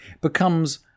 becomes